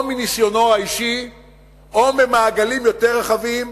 או מניסיונו האישי או ממעגלים יותר רחבים,